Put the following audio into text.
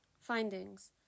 Findings